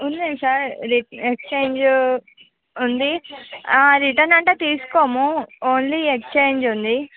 ఉన్నాయి sir exchange ఉంది ఆ రిటర్న్ అంటే తీసుకోము ఓన్లీ ఎక్సచెంజ్ ఉంది